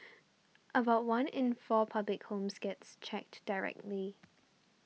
about one in four public homes gets checked directly